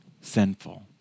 sinful